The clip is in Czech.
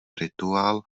rituál